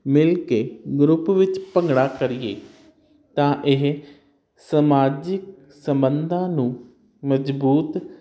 ਮਿਲ ਕੇ ਗਰੁੱਪ ਵਿੱਚ ਭੰਗੜਾ ਕਰੀਏ ਤਾਂ ਇਹ ਸਮਾਜਿਕ ਸੰਬੰਧਾਂ ਨੂੰ ਮਜਬੂਤ